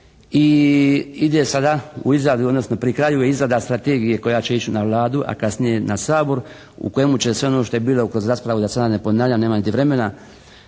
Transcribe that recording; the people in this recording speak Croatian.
i ide sada u izradu, odnosno pri kraju je izrada strategije koja će ići na Vladu a kasnije na Sabor u kojemu će sve ono što je bilo oko rasprave da se ja ne ponavljam nema niti vremena,